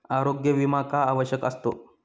आरोग्य विमा का आवश्यक असतो?